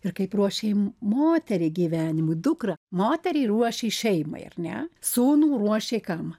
ir kaip ruošė m moterį gyvenimui dukrą moterį ruošė šeimai ar ne sūnų ruošė kam